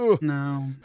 no